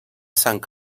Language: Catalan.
sang